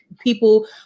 people